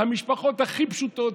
המשפחות הכי פשוטות,